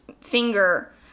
finger